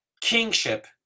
kingship